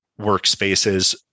workspaces